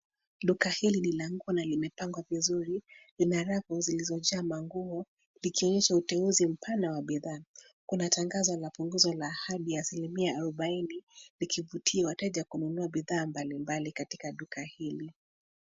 Duka hili ni la nguo na limepangwa vizuri. Lina rafu zilizojaa manguo, likionyesha uteuzi mpana wa bidhaa. Kuna tangazo la punguzo la hadi asilimia arobaini, likivutia wateja kununua bidhaa mbalimbali katika duka hili.